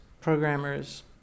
programmers